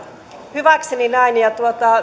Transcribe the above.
hyväkseni